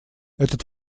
этот